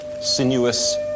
sinuous